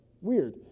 Weird